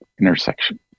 intersection